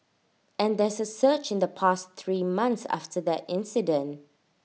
and there's A surge in the past three months after that incident